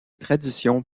traditions